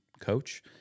coach